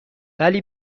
ولی